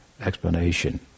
explanation